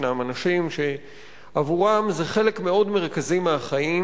ישנם אנשים שעבורם זה חלק מאוד מרכזי מהחיים,